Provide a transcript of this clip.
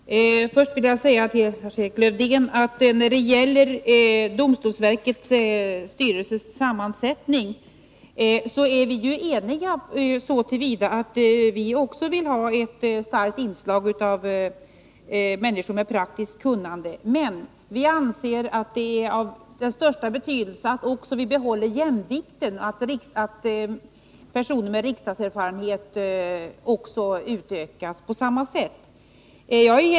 Herr talman! Först vill jag säga till Lars-Erik Lövdén att när det gäller domstolsverkets styrelses sammansättning, så är vi ju eniga så till vida att vi också vill ha ett starkt inslag av människor med praktiskt kunnande. Men vi anser att det är av den största betydelse att vi också behåller jämvikten, dvs. att personer med riksdagserfarenhet utökas på samma sätt.